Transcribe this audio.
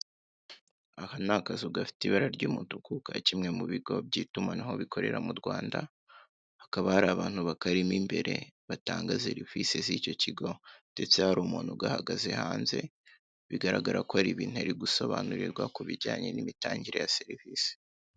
Aka ni akazu gafite ibara ry'umutuku ka k'imwe mu bigo by'itumanaho gikorera mu Rwanda, hakaba hari abantu bakarimo imbere batanga serivise z'icyo kigo, ndetse hari umuntu ugahagaze hanze bigaragara ko hari ibintu ari gusobanukirwa ku bijyane n'imitangire ya serivise.